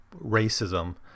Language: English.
racism